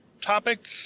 topic